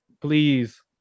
please